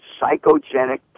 psychogenic